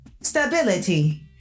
stability